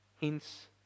hints